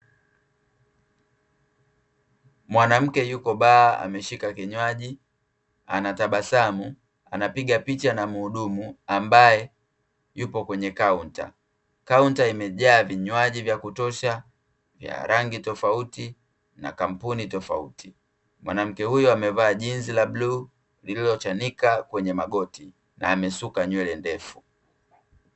Mwanamke yuko baa ameshika kinywaji. Anatabasamu, anapiga picha na mhudumu ambaye yupo kwenye kaunta. Kaunta imejaa vinywaji vya kutosha vya rangi tofauti na kampuni tofauti. Mwanamke huyo amevaa jinzi la bluu lililochanika kwenye magoti, na amesuka nywele ndefu.